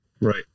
Right